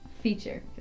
feature